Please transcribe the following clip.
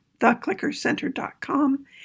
theclickercenter.com